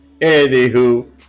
Anywho